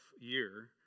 year